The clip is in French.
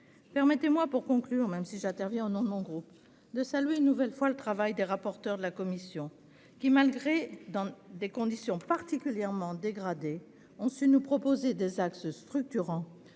Permettez-moi, pour conclure, même si j'interviens au nom de mon groupe, de saluer une nouvelle fois le travail des rapporteurs de la commission, qui, malgré des conditions particulièrement dégradées, ont su nous proposer des axes structurants